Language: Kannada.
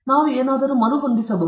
ನಾವು ಏನಾದರೂ ಮರುಹೊಂದಿಸಬಹುದೇ